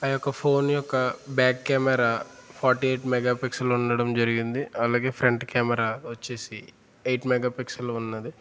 ఆ యొక్క ఫోన్ యొక్క back camera forty eight megapixel ఉండడం జరిగింది అలాగే ఫ్రంట్ కెమెరా వచ్చి ఎయిట్ మెగా పిక్సల్ ఉన్నది